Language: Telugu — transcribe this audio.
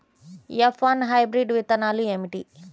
ఎఫ్ వన్ హైబ్రిడ్ విత్తనాలు ఏమిటి?